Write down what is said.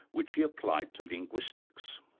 which he applied to linguistics.